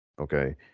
Okay